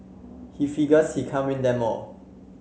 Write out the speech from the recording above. he figures he can't win them all